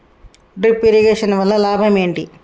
Drip irrigation వల్ల లాభం ఏంటి?